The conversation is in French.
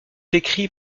écrit